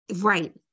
right